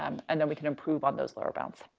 um and then, we can improve on those lower bounds.